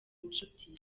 nshuti